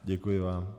Děkuji vám.